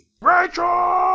rachel